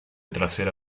trasera